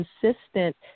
consistent